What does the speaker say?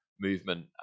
movement